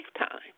lifetime